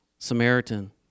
Samaritan